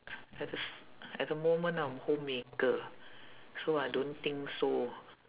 at the s~ at the moment I'm homemaker so I don't think so